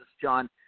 John